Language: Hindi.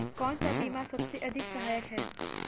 कौन सा बीमा सबसे अधिक सहायक है?